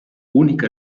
única